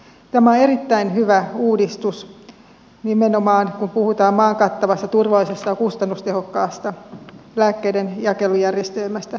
tämä on erittäin hyvä uudistus nimenomaan kun puhutaan maan kattavasta turvallisesta ja kustannustehokkaasta lääkkeiden jakelujärjestelmästä